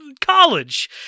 college